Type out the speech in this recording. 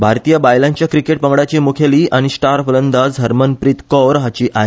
भारतीय बायलांच्या क्रिकेट पंगडाची मुखेली आनी स्टार फलंदाज हरमनप्रीत कौर हाची आय